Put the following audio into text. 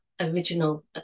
original